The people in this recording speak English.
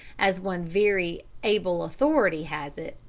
as one very able authority has it.